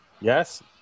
Yes